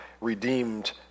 redeemed